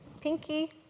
Pinky